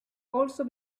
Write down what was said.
also